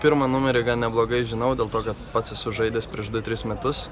pirmą numerį gan neblogai žinau dėl to kad pats esu žaidęs prieš du tris metus